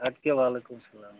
اَدٕ کیاہ وعلیکم سلام